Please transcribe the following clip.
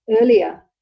earlier